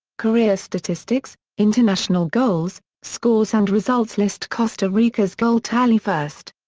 career statistics international goals scores and results list costa rica's goal tally first.